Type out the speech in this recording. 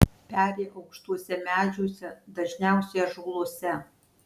peri aukštuose medžiuose dažniausiai ąžuoluose